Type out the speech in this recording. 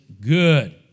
good